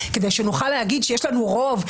כדי שנוכל להגיד שיש לנו רוב,